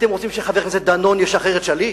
אתם רוצים שחבר הכנסת דנון ישחרר את שליט?